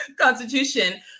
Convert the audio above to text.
constitution